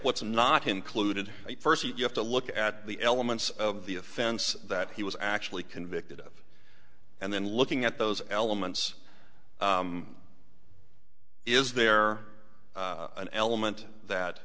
what's not included first you have to look at the elements of the offense that he was actually convicted of and then looking at those elements is there an element that